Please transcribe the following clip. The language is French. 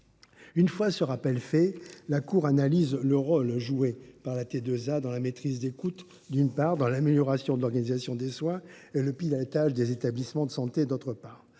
Une fois ce rappel fait, la Cour analyse le rôle joué par la T2A dans la maîtrise des coûts, d’une part, et dans l’amélioration de l’organisation des soins et le pilotage des établissements de santé, d’autre part.